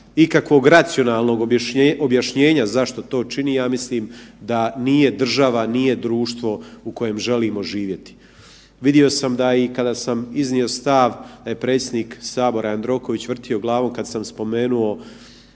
ikakvog racionalnog objašnjenja zašto to čini ja mislim da nije država, nije društvo u kojem želimo živjeti. Vidio sam da i kada sam iznio stav da je predsjednik sabora Jandroković vrtio glavom kad sam spomenuo